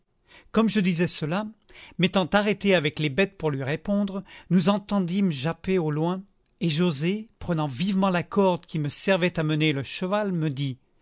comme je disais cela m'étant arrêté avec les bêtes pour lui répondre nous entendîmes japper au loin et joset prenant vivement la corde qui me servait à mener le cheval me dit